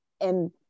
And-